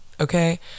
okay